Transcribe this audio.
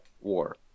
war